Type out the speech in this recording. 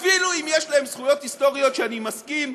אפילו אם יש להם זכויות היסטוריות, ואני מסכים,